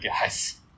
guys